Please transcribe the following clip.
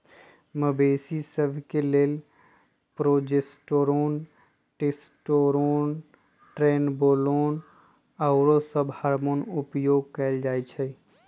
मवेशिय सभ के लेल प्रोजेस्टेरोन, टेस्टोस्टेरोन, ट्रेनबोलोन आउरो सभ हार्मोन उपयोग कयल जाइ छइ